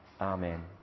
Amen